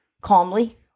calmly